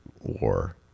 War